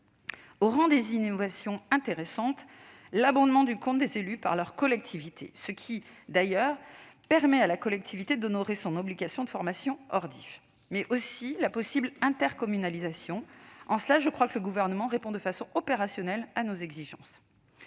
Au rang des innovations intéressantes se trouve l'abondement du compte des élus par leurs collectivités, ce qui permet à la collectivité d'honorer son obligation de formation hors DIFE, mais aussi la possible intercommunalisation. En cela, je crois que le Gouvernement répond de façon opérationnelle à nos exigences.